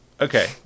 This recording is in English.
Okay